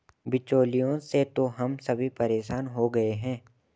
बिचौलियों से तो हम सभी परेशान हो गए हैं